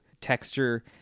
texture